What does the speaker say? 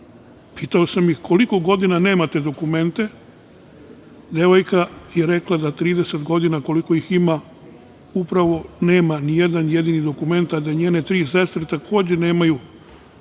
Pitam sam ih koliko godina nemate dokumente, a devojka je rekla da 30 godina, koliko ih ima, upravo nema ni jedan jedini dokument, a da njene tri sestre, takođe, nemaju